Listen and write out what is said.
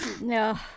No